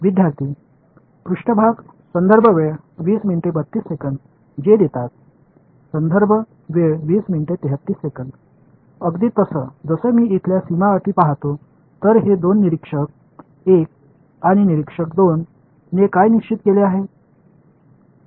विद्यार्थीः पृष्ठभाग जे देतात अगदी तसं जर मी इथल्या सीमा अटी पाहतो तर हे दोन निरीक्षक 1 आणि निरीक्षक 2 ने काय निश्चित केले आहेत